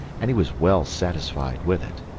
and he was well satisfied with it.